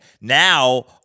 now